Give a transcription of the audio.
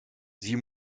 sie